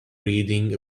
reading